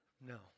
No